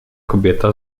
kobieta